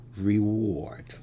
reward